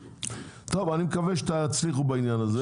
טוב, אני מקווה שתצליחו בעניין הזה.